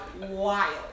wild